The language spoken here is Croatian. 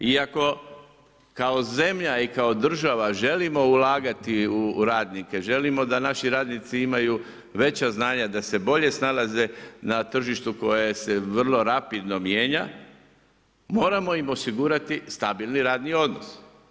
I ako kao zemlja i kao država želimo ulagati u radnike, želimo da naši radnici imaju veća znanja, da se bolje snalaze na tržištu koje se vrlo rapidno mijenja, moramo im osigurati stabilni radni odnos.